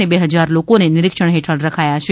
અને બે હજાર લોકોને નીરીક્ષણ હેઠળ રખાયા છે